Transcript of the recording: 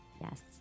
Yes